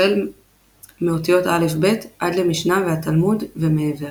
החל מאותיות הא"ב עד למשנה והתלמוד ומעבר.